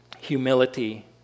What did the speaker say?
Humility